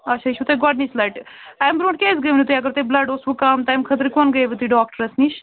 اَچھا یہ چھُو تۄہہِ گۄڈنِچہِ لٹہِ اَمہِ برٛونٛٹھ کیٛازِ گٔیوٕ نہٕ تُہۍ اگر تۄہہِ بُلڈ اوسوٕ کم تَمہِ خٲطرٕ کونہٕ گٔیوٕ تُہۍ ڈاکٹرس نِش